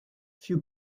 few